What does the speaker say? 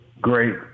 great